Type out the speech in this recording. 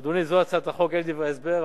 אדוני, זאת הצעת החוק, טעיתי בהסבר.